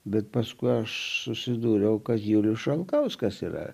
bet paskui aš susidūriau kad julius šalkauskas yra